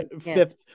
Fifth